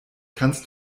kannst